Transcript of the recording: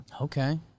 Okay